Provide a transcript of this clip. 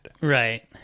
Right